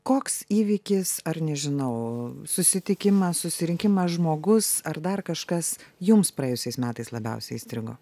koks įvykis ar nežinau susitikimas susirinkimas žmogus ar dar kažkas jums praėjusiais metais labiausiai įstrigo